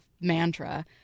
mantra